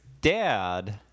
dad